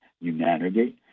humanity